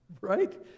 right